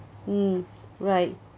mm right